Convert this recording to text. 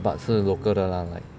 but 是 local 的 lah like local